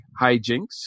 hijinks